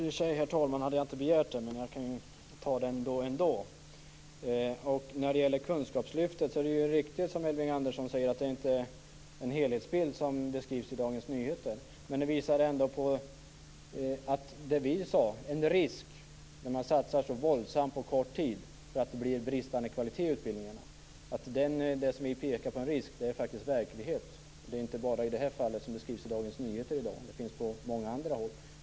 Herr talman! I och för sig hade jag inte begärt replik, herr talman, men jag kan ta det ändå. När det gäller kunskapslyftet är det riktigt som Elving Andersson säger att det inte är en helhetsbild som beskrivs i Dagens Nyheter. Men det visar ändå på att det finns en risk när man satsar så våldsamt på kort tid att det blir en bristande kvalitet i utbildningarna. Den risk vi pekar på är faktiskt verklighet. Det finns inte bara det fall som beskrivs i Dagens Nyheter i dag. Det finns liknande på många andra håll.